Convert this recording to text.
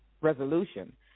resolution